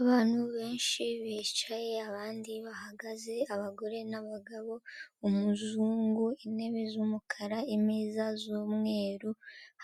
Abantu benshi bicaye abandi bahagaze abagore n'abagabo, umuzungu, intebe z'umukara, imeza z'umweru